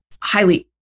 highly